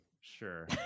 Sure